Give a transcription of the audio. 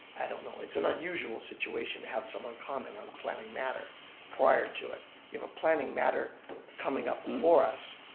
i don't know, it's an unusual situation to have someone comment on a planning matter prior to it. you know, planning matter coming up before us,